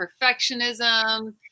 perfectionism